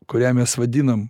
kurią mes vadinam